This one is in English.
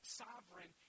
sovereign